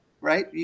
right